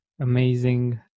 amazing